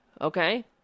okay